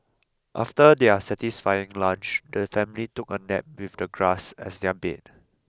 after their satisfying lunch the family took a nap with the grass as their bed